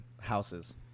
houses